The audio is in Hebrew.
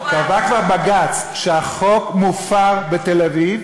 קבע כבר בג"ץ שהחוק מופר בתל-אביב,